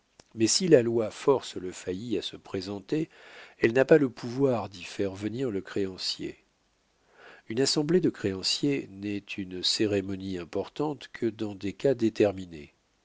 mais si la loi force le failli à se présenter elle n'a pas le pouvoir d'y faire venir le créancier une assemblée de créanciers n'est une cérémonie importante que dans des cas déterminés